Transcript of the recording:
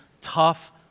tough